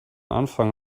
anfang